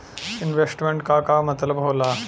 Investment क का मतलब हो ला?